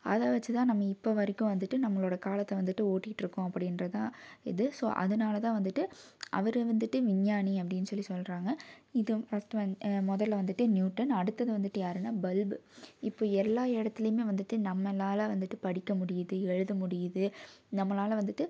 அதை வச்சு தான் நம்ம இப்போவரைக்கும் வந்துட்டு நம்மளோட காலத்தை வந்துட்டு ஓட்டிக்கிட்டிருக்கோம் அப்படிகிறதான் இது ஸோ அதனால் தான் வந்துட்டு அவரை வந்துட்டு விஞ்ஞானி அப்படின்னு சொல்லி சொல்கிறாங்க இதுதான் ஃபர்ஸ்ட் ஒன் முதல்ல வந்துட்டு நியூட்டன் அடுத்தது வந்துட்டு யாருன்னால் பல்ப் இப்போது எல்லா இடத்துலையுமே வந்துட்டு நம்மளால் வந்துட்டு படிக்க முடியுது எழுத முடியுது நம்மளால் வந்துட்டு